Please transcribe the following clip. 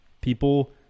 people